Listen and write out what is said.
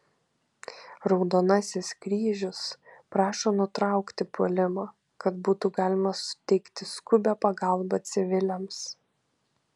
raudonasis kryžius prašo nutraukti puolimą kad būtų galima suteikti skubią pagalbą civiliams